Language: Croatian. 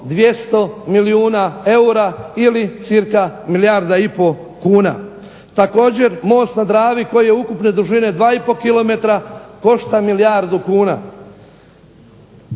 200 milijuna eura ili cca milijarda i pol kuna. Također Most na Dravi koji je ukupne dužine 2,5 km košta milijardu kuna.